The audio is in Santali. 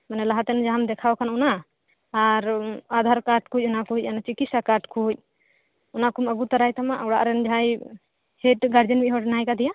ᱢᱟᱱᱮ ᱞᱟᱦᱟᱛᱮ ᱡᱟᱸᱦᱟᱢ ᱫᱮᱠᱷᱟᱣ ᱟᱠᱟᱱᱟ ᱚᱱᱟ ᱟᱨ ᱟᱫᱷᱟᱨ ᱠᱟᱨᱰ ᱠᱩᱡ ᱚᱱᱟᱠᱩᱡ ᱚᱱᱟ ᱛᱤᱠᱤᱥᱟ ᱠᱟᱨᱰ ᱠᱩᱡ ᱚᱱᱟ ᱠᱚᱢ ᱟᱹᱜᱩ ᱛᱟᱨᱟᱭ ᱛᱟᱢᱟ ᱚᱲᱟᱜ ᱨᱮᱱ ᱡᱟᱸᱦᱟᱭ ᱥᱮᱭᱛᱳ ᱜᱟᱨᱡᱮᱱ ᱢᱤᱫ ᱦᱚᱲ ᱢᱮᱱᱟᱭ ᱟᱠᱟᱫᱮᱭᱟ